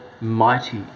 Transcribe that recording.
mighty